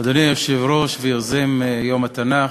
היושב-ראש ויוזם יום התנ"ך,